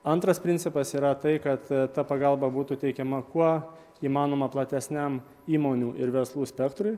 antras principas yra tai kad ta pagalba būtų teikiama kuo įmanoma platesniam įmonių ir verslų spektrui